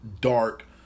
dark